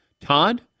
Todd